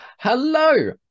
Hello